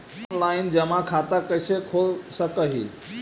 Online जमा खाता कैसे खोल सक हिय?